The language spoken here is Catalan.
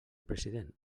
president